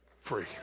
free